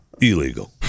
illegal